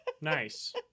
Nice